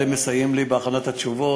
אלה שמסייעים לי בהכנת התשובות.